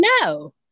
no